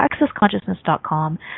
accessconsciousness.com